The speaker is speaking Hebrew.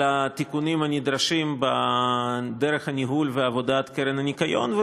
התיקונים הנדרשים בדרך הניהול ועבודת הקרן לשמירת הניקיון,